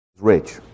rich